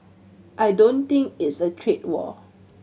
I don't think it's a trade war